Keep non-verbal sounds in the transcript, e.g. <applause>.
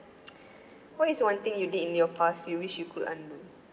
<noise> what is one thing you did in your past you wish you could undo